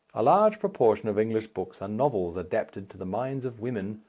a large proportion of english books are novels adapted to the minds of women,